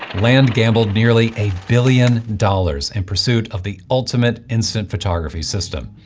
land gambled nearly a billion dollars in pursuit of the ultimate instant photography system.